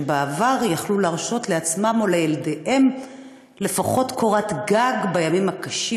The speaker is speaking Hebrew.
שבעבר יכלו להרשות לעצמם או לילדיהם לפחות קורת גג בימים הקשים,